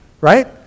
right